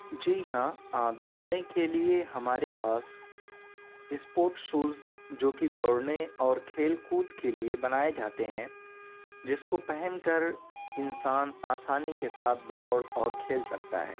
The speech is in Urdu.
جی ہاں دوڑنے کے لیے ہمارے پاس اسپورٹ شوز جو کہ دوڑنے اور کھیل کود کے لیے بنائے جاتے ہیں جس کو پہن کر انسان آسانی کے ساتھ دوڑ اور کھیل سکتا ہے